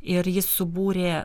ir jis subūrė